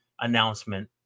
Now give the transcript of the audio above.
announcement